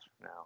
now